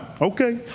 Okay